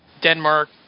Denmark